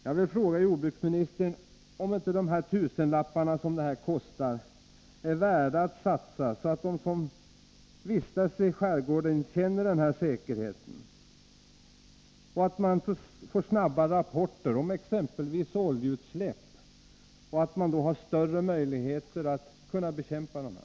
Jag vill fråga jordbruksministern om inte de tusenlappar som detta kostar är värda att satsa så att de som vistas i skärgården kan känna denna säkerhet och så att man får snabba rapporter om exempelvis oljeutsläpp, vilket ger större möjligheter att bekämpa dem.